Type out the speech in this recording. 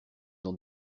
dans